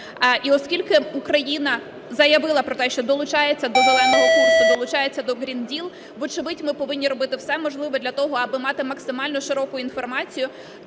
І оскільки Україна заявила про те, що долучається до Зеленого курсу, долучається до Green Deal, вочевидь, ми повинні робити все можливе для того аби мати максимально широку інформацію